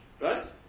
Right